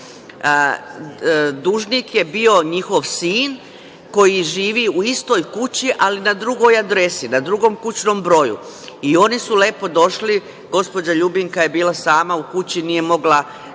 Dužnik je bio njihov sin koji živi u istoj kući, ali na drugoj adresi, na drugom kućnom broju. Oni su lepo došli, gospođa Ljubinka je bila sama u kući, nije mogla